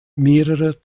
mehrerer